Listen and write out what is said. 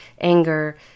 anger